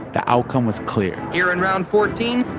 the outcome was clear here in round fourteen,